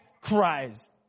cries